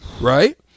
right